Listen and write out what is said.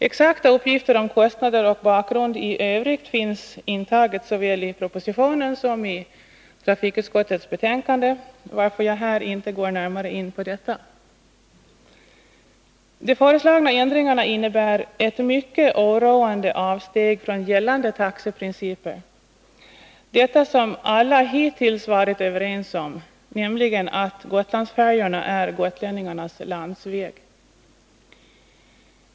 Exakta uppgifter om kostnader och bakgrund i övrigt finns intagna såväl i propositionen som i trafikutskottets betänkande, varför jag inte här går närmare in på dessa. De föreslagna ändringarna innebär ett mycket oroande avsteg från gällande taxeprinciper, som alla hittills varit överens om, nämligen att Gotlandsfärjorna är gotlänningarnas landsväg.